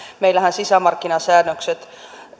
meillähän sisämarkkinasäännökset